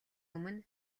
өмнө